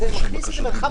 זה מכניס למרחב